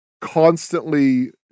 constantly